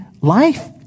life